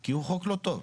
כי הוא חוק לא טוב.